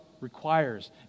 requires